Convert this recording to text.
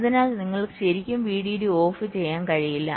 അതിനാൽ നിങ്ങൾക്ക് ശരിക്കും VDD ഓഫ് ചെയ്യാൻ കഴിയില്ല